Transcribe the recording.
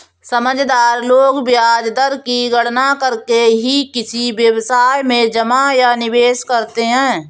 समझदार लोग ब्याज दर की गणना करके ही किसी व्यवसाय में जमा या निवेश करते हैं